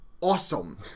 awesome